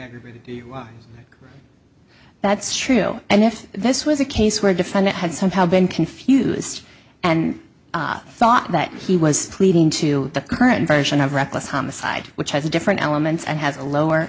territories that's true and if this was a case where a defendant had somehow been confused and thought that he was pleading to the current version of reckless homicide which has a different elements and has a lower